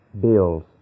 bills